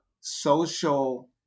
social